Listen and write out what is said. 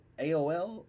AOL